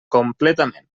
completament